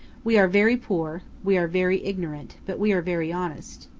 we are very poor we are very ignorant but we are very honest.